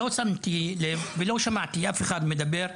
לא שמתי לב ולא שמעתי אף אחד מדבר,